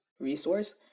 resource